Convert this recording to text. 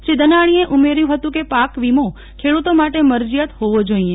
શ્રી ધાનાણીએ ઉમેર્યું હતું કે પાક વિમો ખેડૂતો માટે મરજીયાત હોવો જોઈએ